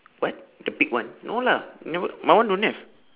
what the ticked one no lah never my one don't have